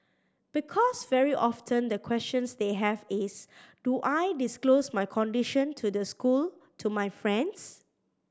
because very often the questions they have is do I disclose my condition to the school to my friends